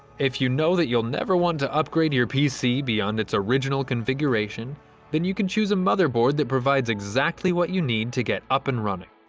if you know that you'll never want to upgrade your pc beyond its original configuration then you can choose a motherboard that provides exactly what you need to get up and running,